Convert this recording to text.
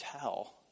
tell